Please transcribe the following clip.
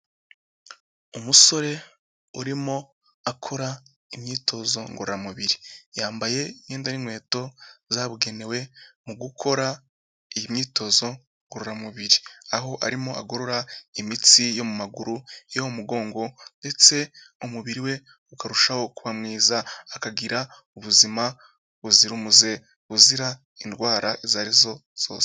Umusore urimo akora imyitozo ngororamubiri, yambaye imyenda y'inkweto zabugenewe mu gukora iyi myitozo ngororamubiri. Aho arimo agorora imitsi yo mu maguru, yo mu mugongo, ndetse umubiri we ukarushaho kuba mwiza, akagira ubuzima buzira umuze, buzira indwara izo ari zo zose.